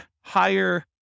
higher